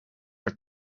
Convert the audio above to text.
voor